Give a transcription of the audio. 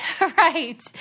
Right